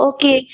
Okay